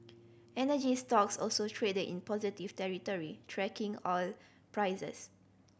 energy stocks also traded in positive territory tracking oil prices